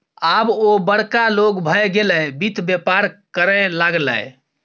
आब ओ बड़का लोग भए गेलै वित्त बेपार करय लागलै